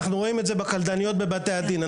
אנחנו רואים את זה בקלדניות בבתי הדין,